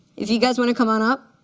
if you guys want to come on up?